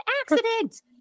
accident